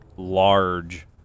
Large